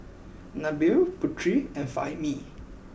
Nabil Putri and Fahmi